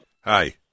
Hi